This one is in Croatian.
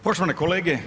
Poštovane kolege.